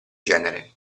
genere